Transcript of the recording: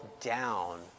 down